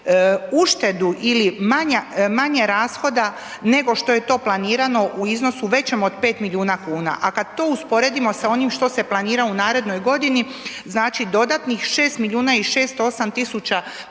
uštedu ili manje rashoda nego što je to planirano u iznosu većem od 5 milijuna kn. A kada to usporedimo sa onim što se je planirano u narednoj godini, znači dodatnih 6 milijuna i 608 tisuća